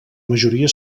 majoria